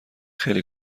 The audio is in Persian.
خیلی